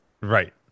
Right